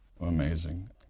Amazing